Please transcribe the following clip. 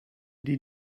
die